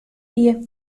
wie